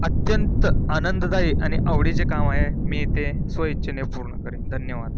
अत्यंत आनंददायी आणि आवडीचे काम आहे मी ते स्वेच्छेने पूर्ण करेन धन्यवाद